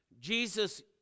Jesus